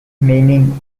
meaning